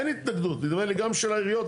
אין התנגדות, נדמה לי גם של העיריות.